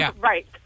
Right